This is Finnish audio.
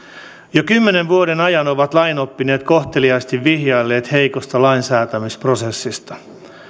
jo kymmenen vuoden ajan ovat lainoppineet kohteliaasti vihjailleet heikosta lainsäätämisprosessista